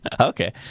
Okay